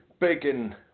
bacon